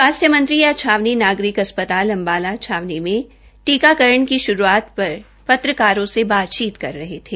स्वास्थ्य मंत्री आज छावनी नागरिक अस्पताल अंबाला छावनी में टीकाकरण की शुरूआत पर पत्रकारों से बातचीत कर रहे थे